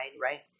right